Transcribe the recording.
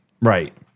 Right